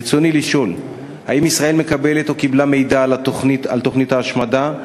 ברצוני לשאול: 1. האם ישראל מקבלת או קיבלה מידע על תוכנית ההשמדה?